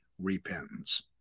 repentance